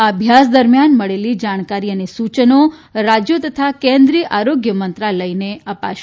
આ અભ્યાસ દરમિયાન મળેલી જાણકારી અને સૂયનો રાજ્યો તથા કેન્દ્રિય આરોગ્ય મંત્રાલયને અપાશે